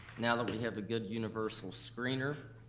now that we have a good universal screener.